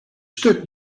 stuk